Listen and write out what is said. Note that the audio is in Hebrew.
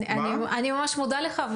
אני ממש מודה לך.